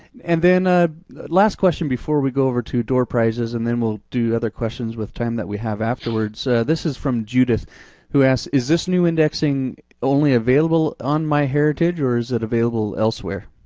and then ah last question before we go over to door prizes and then we'll do other questions with time that we have afterwards. this is from judith who asked, is this new indexing only available on myheritage, or is it available elsewhere?